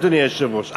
אדוני היושב-ראש.